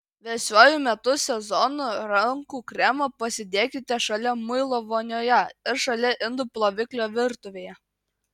vėsiuoju metų sezonu rankų kremą pasidėkite šalia muilo vonioje ir šalia indų ploviklio virtuvėje